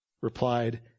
replied